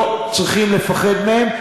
לא צריכים לפחד מהם,